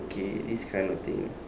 okay this kind of thing